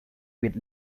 with